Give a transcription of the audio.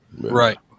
Right